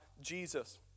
Jesus